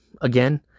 again